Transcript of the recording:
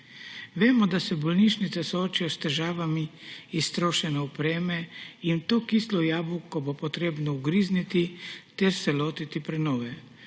Vemo, da se bolnišnice soočajo s težavami iztrošene opreme in v to kislo jabolko bo potrebno ugrizniti ter se lotiti prenove.